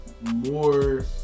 more